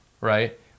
right